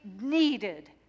needed